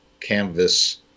canvas